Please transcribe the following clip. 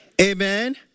Amen